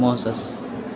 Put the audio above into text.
Moses